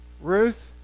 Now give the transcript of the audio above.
Ruth